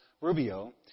Rubio